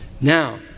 now